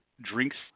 drinks